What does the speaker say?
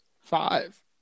five